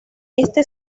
este